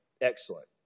Excellent